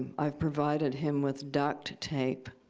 i've provided him with duct tape.